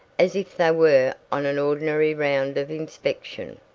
as if they were on an ordinary round of inspection.